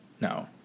No